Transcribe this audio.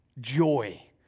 Joy